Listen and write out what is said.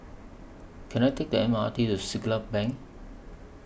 Can I Take The M R T to Siglap Bank